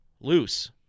loose